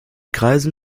kreisen